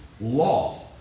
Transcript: law